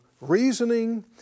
reasoning